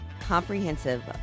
comprehensive